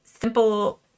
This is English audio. simple